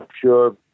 sure